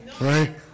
Right